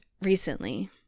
recently